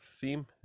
theme